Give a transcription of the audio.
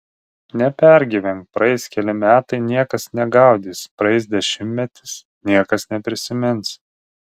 nepergyvenk praeis keli metai niekas negaudys praeis dešimtmetis niekas neprisimins